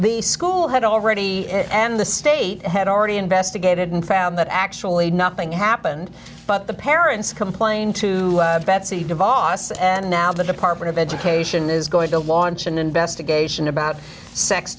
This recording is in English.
the school had already and the state had already investigated and found that actually nothing happened but the parents complained to betsy to vos and now the department of education is going to launch an investigation about sex